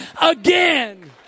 again